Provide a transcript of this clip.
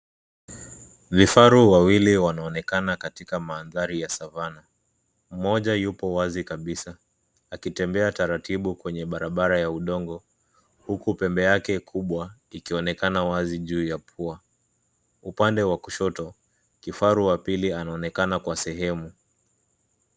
Vifaru wawili wanaonekana katika mandhari ya savana. Mmoja yupo wazi kabisa akitembea taratibu kwenye barabara ya udongo, huku pembe yake kubwa ikionekana wazi juu ya pua. Upande wa kushoto, kifaru wa pili anaonekana kwa sehemu.